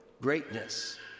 greatness